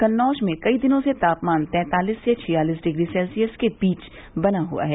कन्नौज में कई दिनों से तापमान तैंतालीस से छियालीस डिग्री सेल्सियस के बीच बना हुआ है